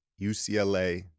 UCLA